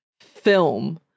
film